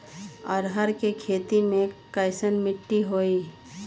अरहर के खेती मे कैसन मिट्टी होइ?